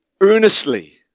earnestly